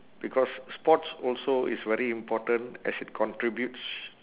because sports also is very important as it contributes